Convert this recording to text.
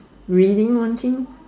reading one thing